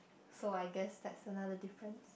so I guess that's another difference